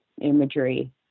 imagery